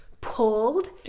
pulled